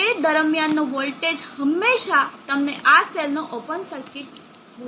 તે દરમ્યાનનો વોલ્ટેજ હંમેશાં તમને આ સેલનો ઓપન સર્કિટ મૂલ્ય આપશે